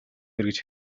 эргэж